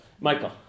Michael